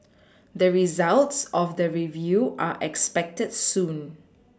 the results of the review are expected soon